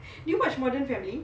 do you watch modern family